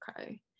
Okay